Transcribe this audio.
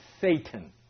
Satan